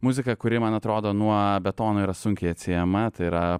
muzika kuri man atrodo nuo betono yra sunkiai atsiejama tai yra